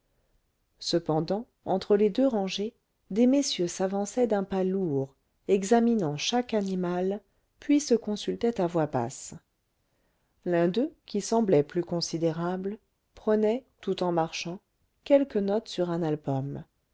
cependant entre les deux rangées des messieurs s'avançaient d'un pas lourd examinant chaque animal puis se consultaient à voix basse l'un d'eux qui semblait plus considérable prenait tout en marchant quelques notes sur un album